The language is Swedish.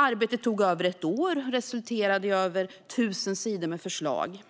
Arbetet tog över ett år och resulterade i över 1 000 sidor med förslag.